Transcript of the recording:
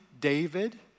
David